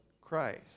Christ